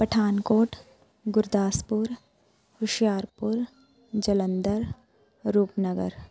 Pathankot Gurdaspur Hoshiarpur Jalandhar Rupnagar